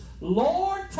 Lord